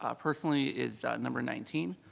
ah personally it's number nineteen,